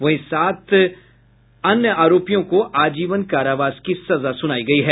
वहीं अन्य सात आरोपियों को आजीवन कारावास की सजा सुनायी गयी है